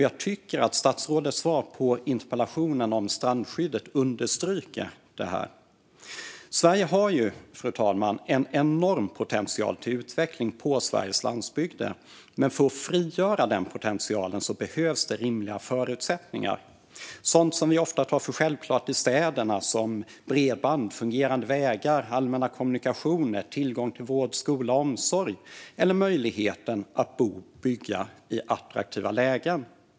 Jag tycker att statsrådets svar på interpellationen om strandskyddet understryker detta. Sverige har, fru talman, en enorm potential till utveckling på Sveriges landsbygd. Men för att frigöra den potentialen behövs det rimliga förutsättningar. Det är sådant som vi ofta tar för självklart i städerna, till exempel bredband, fungerande vägar, allmänna kommunikationer, tillgång till vård, skola och omsorg eller möjligheten att bo och bygga i attraktiva lägen.